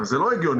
זה לא הגיוני.